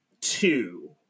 two